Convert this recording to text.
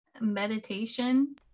meditation